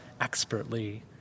expertly